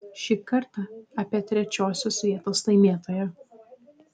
šį kartą apie trečiosios vietos laimėtoją